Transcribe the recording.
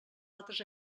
altres